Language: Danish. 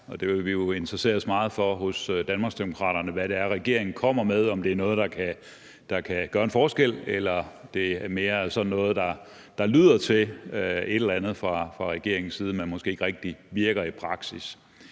Det vil vi jo interessere os meget for hos Danmarksdemokraterne, altså hvad det er, regeringen kommer med, om det er noget, der kan gøre en forskel, eller om det mere er sådan noget, der lyder til at gøre det, men som måske ikke rigtig virker i praksis.